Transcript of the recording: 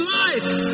life